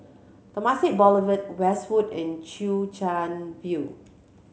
Temasek Boulevard Westwood and Chwee Chian View